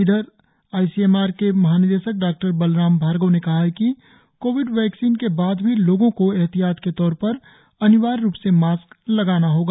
इधर I C M R के महानिदेशक डॉ बलराम भार्गव ने कहा है कि कोविड वैक्सीन के बाद भी लोगो को ऐहतियात के तौर पर अनिवार्य रुप से मास्क लगाना होगा